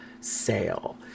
sale